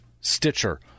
Stitcher